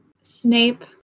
Snape